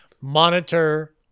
Monitor